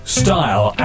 style